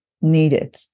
needed